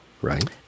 Right